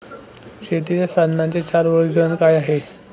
शेतीच्या साधनांचे चार वर्गीकरण काय आहे?